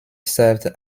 served